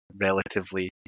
relatively